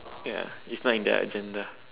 ya it's not in their agenda